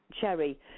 cherry